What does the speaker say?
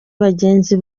bagenzi